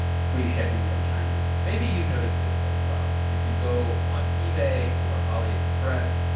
free shipping from china maybe you've noticed this as well. you can go on ebay or aliexpress.